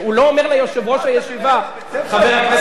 אבל מה,